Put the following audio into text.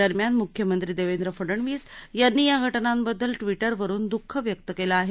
दरम्यान मुख्यमंत्री देवेंद्र फडणवीस यांनी या घटनांबददल ट्विटरवरून दुःख व्यक्त केलं आहे